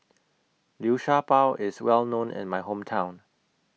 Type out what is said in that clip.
Liu Sha Bao IS Well known in My Hometown